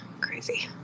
Crazy